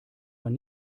man